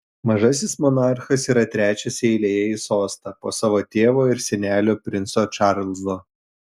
mažasis monarchas yra trečias eilėje į sostą po savo tėvo ir senelio princo čarlzo